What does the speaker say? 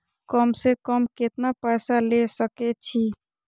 कम से कम केतना पैसा ले सके छी?